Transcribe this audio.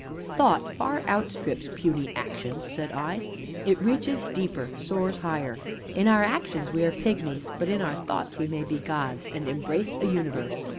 thought far outstrips puny action! said i it reaches deeper, soars higher in our actions we are pigmies, but in our thoughts we may be gods, and embrace a universe.